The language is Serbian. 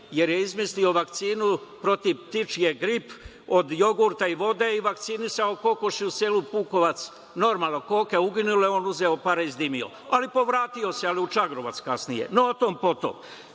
jer je izmislio vakcinu protiv ptičijeg gripa od jogurta i vode i vakcinisao kokoške u selu Pukovac. Normalno koke uginule, a on uzeo pare i zdimio, ali povratio se u Čagrovac kasnije. No, o tom